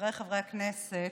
חבריי חברי הכנסת,